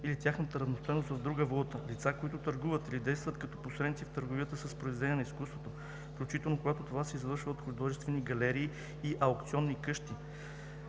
или тяхната равностойност в друга валута; лица, които търгуват или действат като посредници в търговията с произведения на изкуството, включително когато това се извършва от художествени галерии и аукционни къщи,